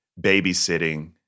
babysitting